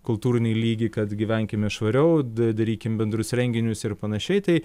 kultūrinį lygį kad gyvenkime švariau da darykime bendrus renginius ir panašiai tai